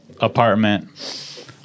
apartment